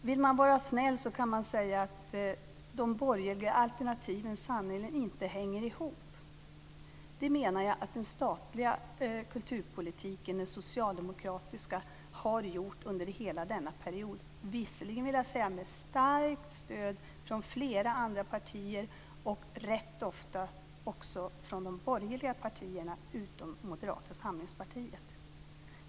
Vill man vara snäll kan man säga att de borgerliga alternativen sannerligen inte hänger ihop. Det menar jag att den socialdemokratiska statliga kulturpolitiken har gjort under hela denna period, visserligen med starkt stöd från flera andra partier och rätt ofta också från de borgerliga partierna utom Moderata samlingspartiet.